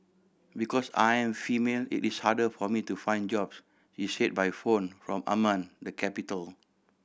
because I am female it is harder for me to find jobs she said by phone from Amman the capital